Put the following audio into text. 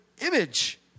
image